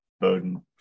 Bowden